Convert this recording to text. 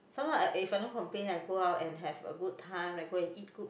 someone I if I don't complain I go out and have a good time like go and eat good food